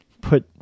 put